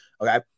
Okay